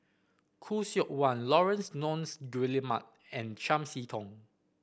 Khoo Seok Wan Laurence Nunns Guillemard and Chiam See Tong